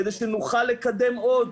כדי שנוכל לקדם עוד,